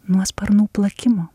nuo sparnų plakimo